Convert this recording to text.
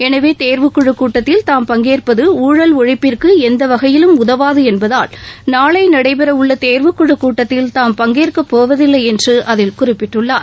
எனவே தேர்வுக்குழு கூட்டத்தில் தாம் பங்கேற்பது ஊழல் ஒழிப்பிற்கு எந்த வகையிலும் உதவாது என்பதால் நாளை நடைபெறவுள்ள தேர்வுக்குழுக் கூட்டத்தில் தாம் பங்கேற்கப் போவதில்லை என்று அதில் குறிப்பிட்டுள்ளார்